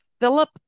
Philip